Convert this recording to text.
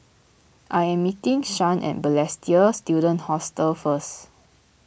I am meeting Shan at Balestier Student Hostel first